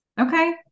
okay